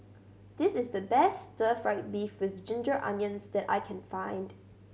this is the best stir fried beef with ginger onions that I can find